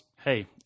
Hey